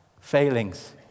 failings